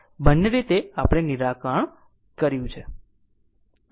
બંને રીતે આપણે નિરાકરણ કર્યું છે